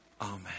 Amen